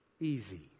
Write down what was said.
easy